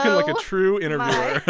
like a true interviewer